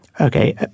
Okay